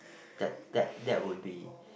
that that that would be